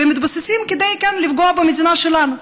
מתבססים כדי לפגוע במדינה שלנו.